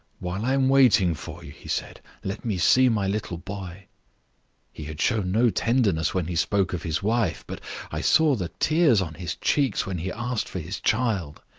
while i am waiting for you he said, let me see my little boy he had shown no tenderness when he spoke of his wife, but i saw the tears on his cheeks when he asked for his child.